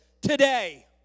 Today